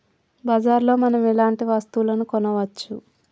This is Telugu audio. బజార్ లో మనం ఎలాంటి వస్తువులు కొనచ్చు?